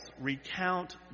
recount